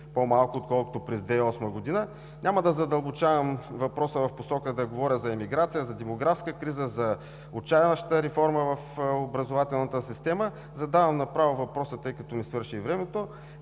по-малко, отколкото през 2008 г. Няма да задълбочавам въпроса в посока да говоря за емиграция, за демографска криза, за отчайваща реформа в образователната система. Задавам направо въпроса, тъй като ми свърши времето,